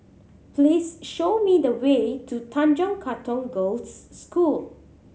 please show me the way to Tanjong Katong Girls' School